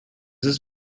this